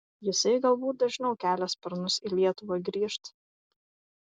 jisai galbūt dažniau kelia sparnus į lietuvą grįžt